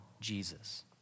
Jesus